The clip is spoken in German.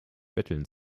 betteln